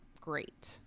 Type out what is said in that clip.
great